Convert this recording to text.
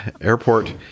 airport